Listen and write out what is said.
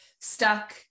stuck